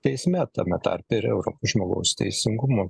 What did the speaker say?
teisme tame tarpe ir europos žmogaus teisingumo